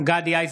גדי איזנקוט,